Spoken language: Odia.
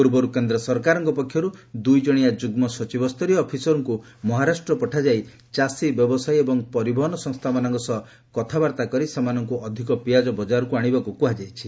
ପୂର୍ବରୁ କେନ୍ଦ୍ର ସରକାରଙ୍କ ପକ୍ଷରୁ ଦୁଇଜଣିଆ ଯୁଗ୍କ ସଚିବସ୍ତରୀୟ ଅଫିସରଙ୍କ ମହାରାଷ୍ଟ୍ର ପଠାଯାଇ ଚାଷୀ ବ୍ୟବସାୟୀ ଏବଂ ପରିବହନ ସଂସ୍ଥାମାନଙ୍କ ସହ କଥାବାର୍ତ୍ତା କରି ସେମାନଙ୍କୁ ଅଧିକ ପିଆଜ ବଜାରକୁ ଆଣିବାକୁ କୁହାଯାଉଛି